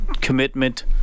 commitment